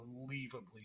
unbelievably